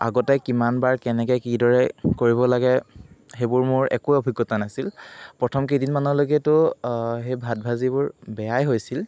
আগতে কিমানবাৰে কেনেকে কিদৰে কৰিব লাগে সেইবোৰ মোৰ একো অভিজ্ঞতা নাছিল প্ৰথম কেইদিনমানলৈকেতো সেই ভাত ভাজিবোৰ বেয়াই হৈছিল